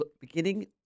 beginning